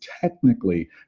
technically